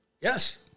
Yes